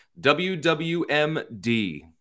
WWMD